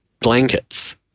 blankets